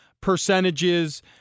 percentages